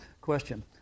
question